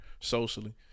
Socially